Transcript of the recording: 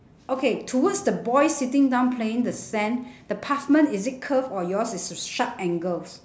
okay towards the boy sitting down playing the sand the pavement is it curve or yours is a s~ sharp angles